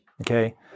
okay